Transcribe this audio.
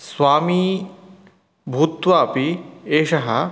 स्वामी भूत्वापि एषः